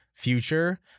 future